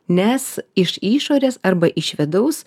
nes iš išorės arba iš vidaus